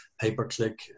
pay-per-click